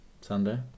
Sunday